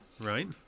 Right